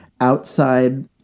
outside